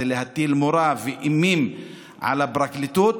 להטיל מורא ואימים על הפרקליטות.